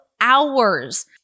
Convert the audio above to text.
hours